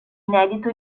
inedito